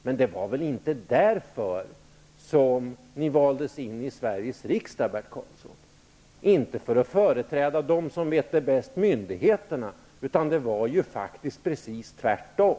Men det var väl inte därför ni valdes in i Sveriges riksdag, Bert Karlsson? Det var väl inte för att företräda dem som vet bäst, myndigheterna, utan det var faktiskt precis tvärtom.